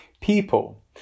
people